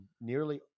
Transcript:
nearly